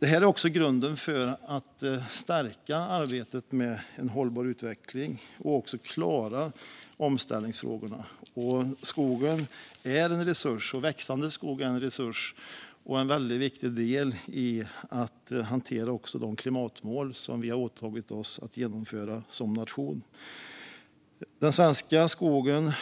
Det här är också grunden för att stärka arbetet med en hållbar utveckling och klara omställningsfrågorna. Den växande skogen är en resurs och en viktig del i att hantera de klimatmål som vi har åtagit oss att genomföra som nation, och den svenska skogen